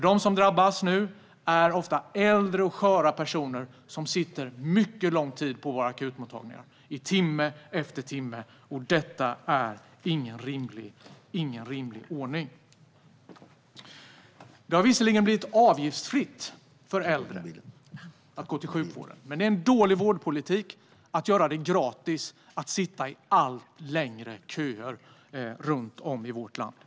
De som drabbas nu är ofta äldre och sköra personer som sitter mycket lång tid på våra akutmottagningar, timme efter timme. Detta är ingen rimlig ordning. Det har visserligen blivit avgiftsfritt för äldre att gå till sjukvården, men det är en dålig vårdpolitik att göra det gratis att sitta i allt längre köer runt om i vårt land.